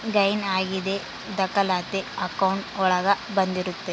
gain ಆಗಿದ್ ದಾಖಲಾತಿ account ಒಳಗ ಬಂದಿರುತ್ತೆ